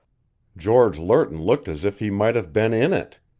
george lerton looked as if he might have been in it.